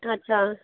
अच्छा